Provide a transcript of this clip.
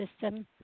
system